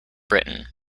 britain